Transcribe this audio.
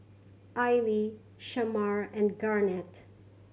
Aili Shamar and Garnett